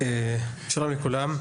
שלום לכולם.